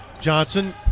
Johnson